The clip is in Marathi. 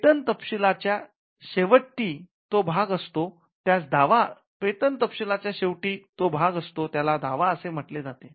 पेटंट तपशिलाच्या च्या शेवटी तो भाग असतो त्यास दावा असे म्हटले जाते